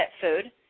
food